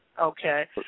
Okay